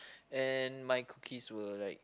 and my cookies were like